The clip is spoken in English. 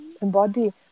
embody